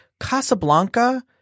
Casablanca